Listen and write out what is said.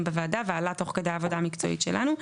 בוועדה ועלה תוך כדי העבודה המקצועית שלנו.